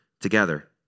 together